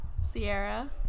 Sierra